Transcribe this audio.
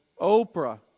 Oprah